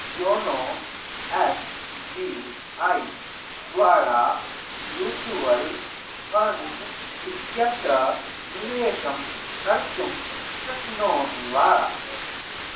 YONO S B I द्वारा mutual funds इत्यत्र निवेशं कर्तुं शक्नोमि वा